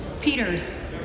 Peters